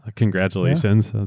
ah congratulations.